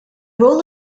role